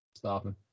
stopping